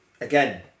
Again